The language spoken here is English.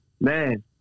man